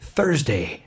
Thursday